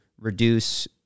reduce